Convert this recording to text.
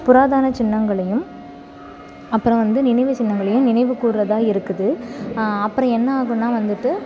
புராதான சின்னங்களையும் அப்புறம் வந்து நினைவுச்சின்னங்களையும் நினைவுக்கூறதா இருக்குது அப்புறம் என்ன ஆகுதுன்னா வந்துட்டு